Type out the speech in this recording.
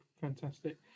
Fantastic